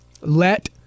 let